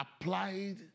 applied